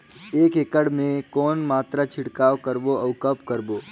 एक एकड़ मे के कौन मात्रा छिड़काव करबो अउ कब करबो?